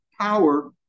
power